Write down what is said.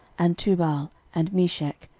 and tubal, and meshech,